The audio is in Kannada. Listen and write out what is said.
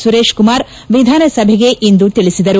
ಸುರೇಶ್ಕುಮಾರ್ ವಿಧಾನಸಭೆಗಿಂದು ತಿಳಿಸಿದರು